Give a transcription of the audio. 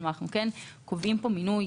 אנחנו קובעים פה מינוי